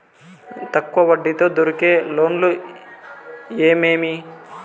తక్కువ వడ్డీ తో దొరికే లోన్లు ఏమేమి